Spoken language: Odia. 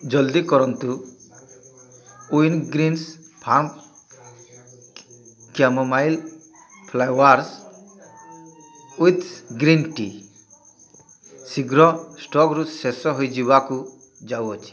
ଜଲ୍ଦି କରନ୍ତୁ Wingreens farms chamomile flowers with green tea ଶୀଘ୍ର ଷ୍ଟକ୍ରୁ ଶେଷ ହୋଇଯିବାକୁ ଯାଉଛି